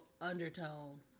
undertone